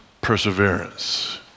perseverance